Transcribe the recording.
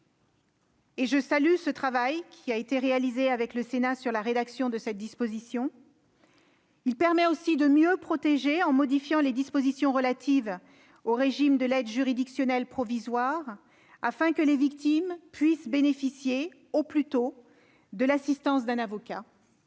à ce titre, le travail réalisé avec le Sénat sur la rédaction de cette disposition. Mieux protéger, en modifiant les dispositions relatives au régime de l'aide juridictionnelle provisoire, afin que les victimes puissent bénéficier au plus tôt de l'assistance d'un avocat.